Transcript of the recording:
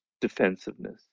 defensiveness